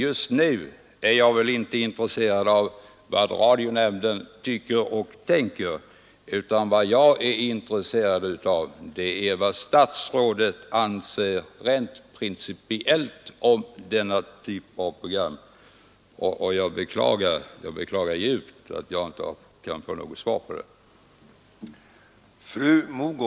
Just nu är jag inte intresserad av vad radionämnden tycker och tänker, utan vad jag är intresserad av är vad statsrådet anser rent principiellt om denna typ av program. Jag beklagar djupt att jag inte kan få något svar på detta.